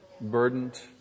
Burdened